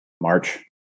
March